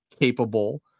capable